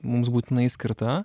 mums būtinai skirta